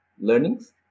learnings